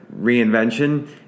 reinvention